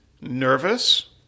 nervous